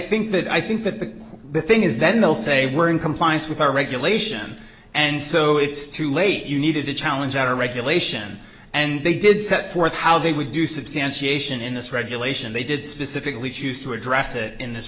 think that i think that the the thing is then they'll say we're in compliance with our regulation and so it's too late you needed to challenge our regulation and they did set forth how they would do substantiation in this regulation they did specifically choose to address it in this